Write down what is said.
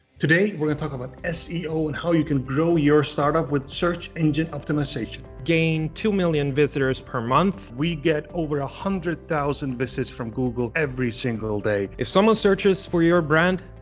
today we're gonna talk about seo and how you can grow your startup with search engine optimization. gain two million visitors per month. we get over a one hundred thousand visits from google every single day. if someone searches for your brand,